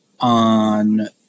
On